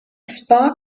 spark